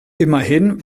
immerhin